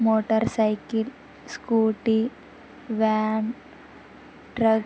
motorcycle scooty van truck